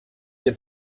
dem